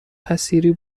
حصیری